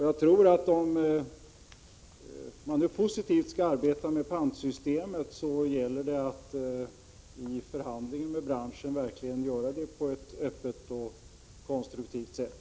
Jag tror att om man nu positivt skall arbeta med pantsystemet så gäller det att i förhandlingen med branschen verkligen göra det på ett öppet och konstruktivt sätt.